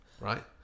right